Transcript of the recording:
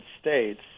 states